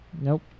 Nope